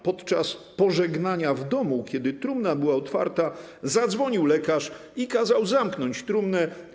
Podczas pożegnania w domu, kiedy trumna była otwarta, zadzwonił lekarz i kazał zamknąć trumnę.